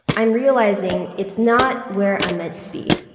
i'm realizing it's not where i'm meant to be.